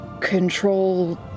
control